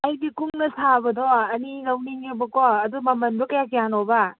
ꯑꯩꯗꯤ ꯀꯨꯡꯅ ꯁꯥꯕꯗꯣ ꯑꯅꯤ ꯂꯧꯅꯤꯡꯉꯦꯕꯀꯣ ꯑꯗꯣ ꯃꯃꯟꯗꯣ ꯀꯌꯥ ꯀꯌꯥꯅꯣꯕ